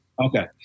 Okay